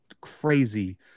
crazy